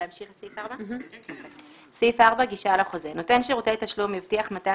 "גישה לחוזה 4. נותן שירותי תשלום יבטיח מתן